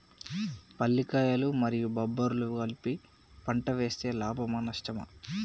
పల్లికాయలు మరియు బబ్బర్లు కలిపి పంట వేస్తే లాభమా? నష్టమా?